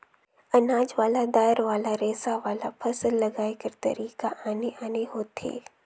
अनाज वाला, दायर वाला, रेसा वाला, फसल लगाए कर तरीका आने आने होथे